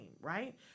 right